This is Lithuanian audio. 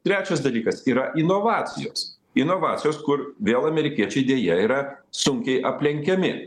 trečias dalykas yra inovacijos inovacijos kur vėl amerikiečiai deja yra sunkiai aplenkiami